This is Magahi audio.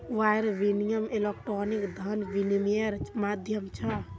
वायर विनियम इलेक्ट्रॉनिक धन विनियम्मेर माध्यम छ